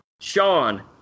Sean